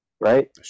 right